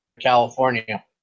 California